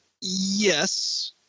yes